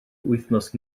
wythnos